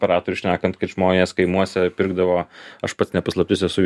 operatorių šnekant kad žmonės kaimuose pirkdavo aš pats ne paslaptis esu